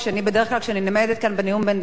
בדרך כלל כשאני נעמדת כאן בנאום בן דקה,